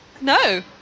No